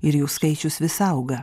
ir jų skaičius vis auga